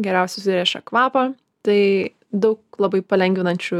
geriausiai suriša kvapą tai daug labai palengvinančių